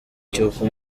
cy’uko